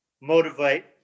motivate